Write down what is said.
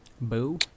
Boo